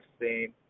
seen